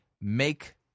make